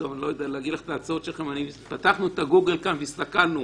פתחנו גוגל והסתכלנו.